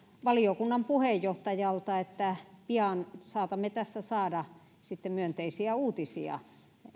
valiokunnan puheenjohtajalta että pian saatamme tässä saada sitten myönteisiä uutisia